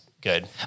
good